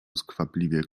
skwapliwie